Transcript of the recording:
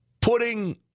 putting